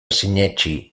sinetsi